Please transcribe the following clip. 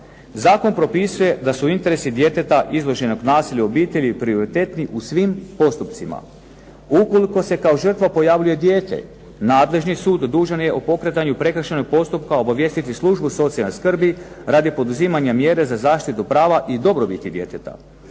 Zakon propisuje da su interesi djeteta izloženog nasilju u obitelji prioritetni u svim postupcima. Ukoliko se kao žrtva pojavljuje dijete nadležan sud dužan je o pokretanju prekršajnog postupka službu socijalne skrbi radi poduzimanja mjere za zaštitu prava i dobrobiti djeteta.